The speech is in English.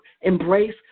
embrace